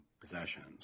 possessions